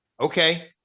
Okay